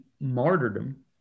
martyrdom